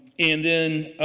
and then